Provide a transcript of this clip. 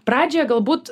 pradžioje galbūt